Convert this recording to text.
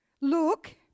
Look